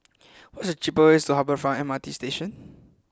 what is the cheapest way to Harbour Front MRT Station